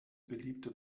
beliebte